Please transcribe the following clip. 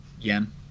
yen